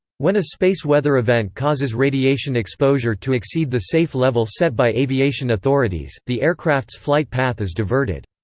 when a space weather event causes radiation exposure to exceed the safe level set by aviation authorities, the aircraft's flight path is diverted.